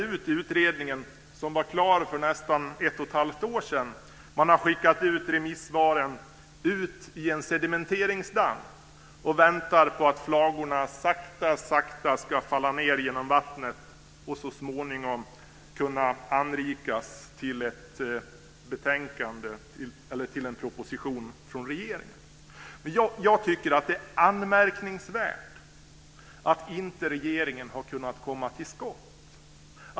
Utredningen var klar för nästan ett och ett halvt år sedan, och man kanske har skickat ut remissvaren i en sedimenteringsdamm och väntar på att flagorna sakta ska falla ned genom vattnet och så småningom kunna anrikas till en proposition från regeringen. Jag tycker att det är anmärkningsvärt att regeringen inte har kunnat komma till skott.